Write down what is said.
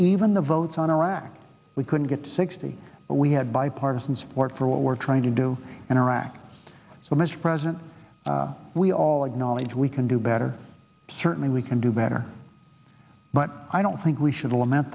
even the votes on iraq we couldn't get to sixty but we had bipartisan support for what we're trying to do in iraq so much president we all acknowledge we can do better certainly we can do better but i don't think we should limit